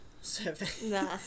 survey